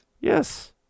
Yes